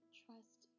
trust